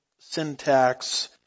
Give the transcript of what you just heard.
syntax